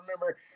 remember